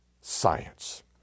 science